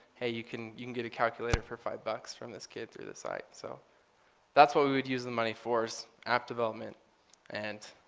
hey, you can you can get a calculator for five bucks from this kid through this site. so that's what we would use the money for, app development and